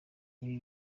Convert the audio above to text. ibi